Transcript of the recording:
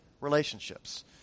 relationships